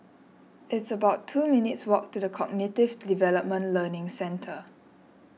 it's about two minutes' walk to the Cognitive Development Learning Centre